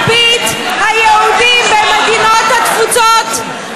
מרבית היהודים במדינות התפוצות,